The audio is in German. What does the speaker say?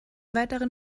weiteren